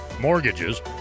mortgages